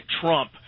Trump